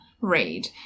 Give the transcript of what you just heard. read